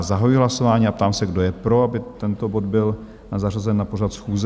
Zahajuji hlasování a ptám se, kdo je pro, aby tento bod byl zařazen na pořad schůze?